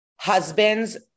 Husbands